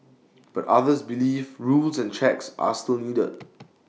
but others believe rules and checks are still needed